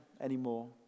anymore